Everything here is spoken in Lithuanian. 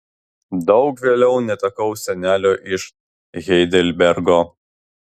daug vėliau netekau senelio iš heidelbergo